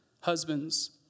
Husbands